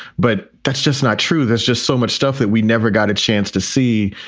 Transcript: but that's just not true. there's just so much stuff that we never got a chance to see.